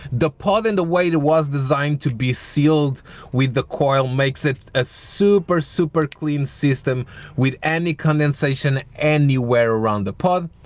the part in the way it it was designed to be sealed with the coil makes it a super super clean system with any condensation anywhere around the pub.